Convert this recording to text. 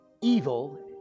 evil